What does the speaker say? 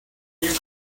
you